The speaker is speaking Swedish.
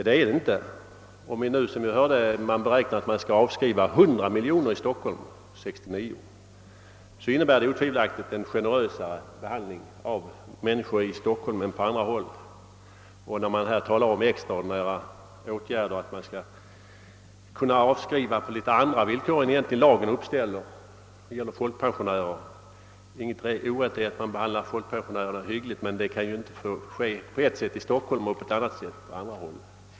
Så är inte fallet. Om man nu, som vi hörde, beräknar att avskriva 100 miljoner kronor i Stockholm 1969 så innebär det otvivelaktigt en generösare behandling av människor i Stockholm än på andra håll. Vidare talas det om extraordinära åtgärder så att man för folkpensionärernas del skall kunna avskriva på andra villkor än lagen egentligen uppställer. Det är inget orätt i att behandla folkpensionärerna hyggligt, men det kan inte få ske på ett sätt i Stockholm och på ett annat sätt på andra håll.